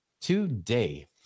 today